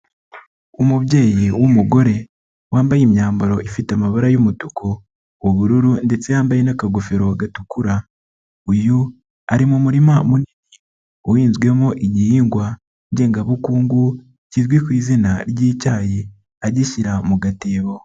Umubyeyi w'umugore wambaye imyambaro ifite amabara y'umutuku, ubururu ndetse yambaye n'akagofero gatukura, uyu ari mu murima munini uhinzwemo igihingwa ngengabukungu kizwi ku izina ry'cyayi agishyira mu gatebo.